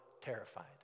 terrified